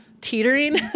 teetering